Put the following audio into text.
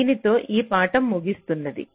దీనితో ఈ పాఠం ముగిస్తున్నది